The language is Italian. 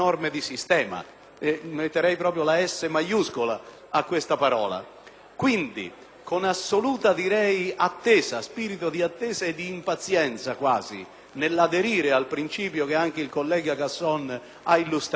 Quindi con assoluto spirito di attesa e di impazienza quasi, nell'aderire al principio che anche il collega Casson ha illustrato, mi sembrerebbe corretto, dal punto di vista dell'intervento legislativo, attendere